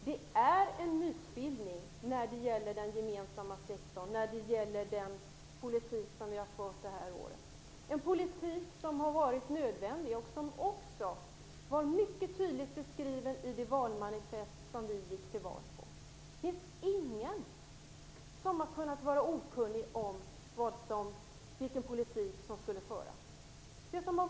Det är en mytbildning om den gemensamma sektorn och den politik vi har fört det här året. Den politiken har varit nödvändig och har varit mycket tydligt beskriven i det valmanifest vi gick till val på. Ingen har kunnat vara okunnig om vilken politik som skulle föras.